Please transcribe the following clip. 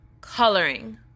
coloring